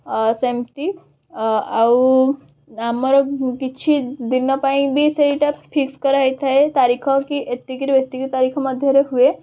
ସେମିତି ଆଉ ଆମର କିଛି ଦିନ ପାଇଁ ବି ସେଇଟା ଫିକ୍ସ୍ କରାହେଇଥାଏ ତାରିଖ କି ଏତିକିରୁ ଏତିକି ତାରିଖ ମଧ୍ୟରେ ହୁଏ